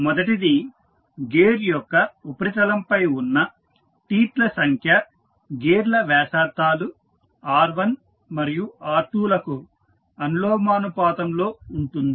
మొదటిది గేర్ యొక్క ఉపరితలంపై ఉన్న టీత్ ల సంఖ్య గేర్ల వ్యాసార్థాలు r1మరియు r2 లకు అనులోమానుపాతంలో ఉంటుంది